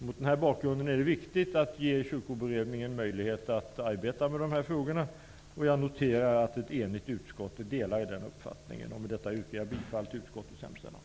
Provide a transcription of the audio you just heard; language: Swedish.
Mot denna bakgrund är det viktigt att ge kyrkoberedningen möjlighet att arbeta med dessa frågor, och jag noterar att ett enigt utskott delar den uppfattningen. Herr talman! Jag yrkar bifall till utskottets hemställan.